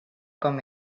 com